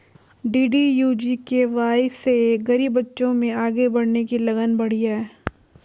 DDU GKY से गरीब बच्चों में आगे बढ़ने की लगन बढ़ी है